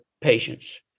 patients